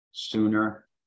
sooner